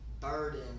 burden